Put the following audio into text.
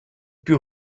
più